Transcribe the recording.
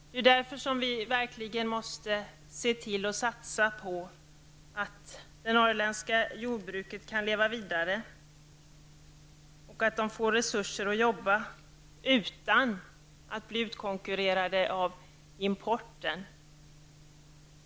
Det är därför som vi verkligen måste se till att satsa på att det norrländska jordbruket kan leva vidare och få resurser att jobba utan att bli utkonkurrerat av importen.